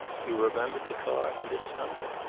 you remembered the car and its number.